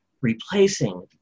replacing